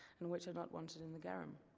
and which are not wanted in the garum.